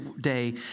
day